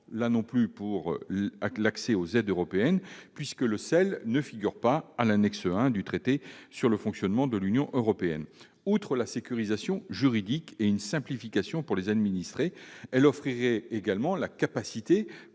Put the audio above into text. de conséquence pour l'accès aux aides européennes, puisque le sel ne figure pas à l'annexe I du traité sur le fonctionnement de l'Union européenne. Outre une sécurisation juridique et une simplification pour les administrés, cette reconnaissance permettrait